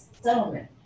settlement